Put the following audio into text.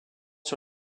sur